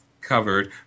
covered